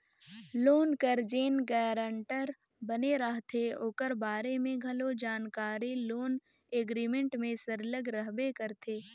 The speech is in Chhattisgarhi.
लोन कर जेन गारंटर बने रहथे ओकर बारे में घलो जानकारी लोन एग्रीमेंट में सरलग रहबे करथे